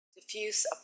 diffuse